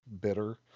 bitter